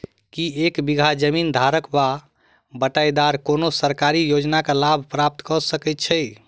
की एक बीघा जमीन धारक वा बटाईदार कोनों सरकारी योजनाक लाभ प्राप्त कऽ सकैत छैक?